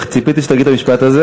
ציפיתי שתגיד את המשפט הזה.